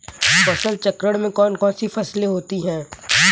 फसल चक्रण में कौन कौन सी फसलें होती हैं?